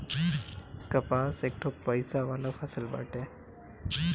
कपास एकठो पइसा वाला फसल बाटे